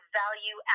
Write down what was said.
value